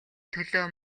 төлөө